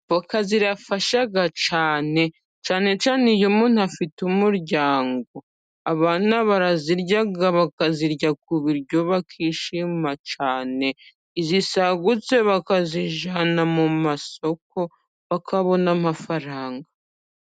voka zirafasha cyane cyane iyo umuntu afite umuryango barazirya, bakazirya ku biryo bakishima cyane, zisagutse bakazijyana mu masoko bakabona amafaranga.